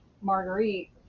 Marguerite